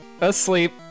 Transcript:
asleep